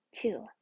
Two